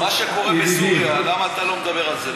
מה שקורה בסוריה, ידידי, למה אתה לא מדבר על זה?